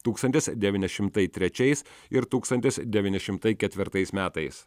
tūkstantis devyni šimtai trečiais ir tūkstantis devyni šimtai ketvirtais metais